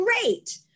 great